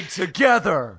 together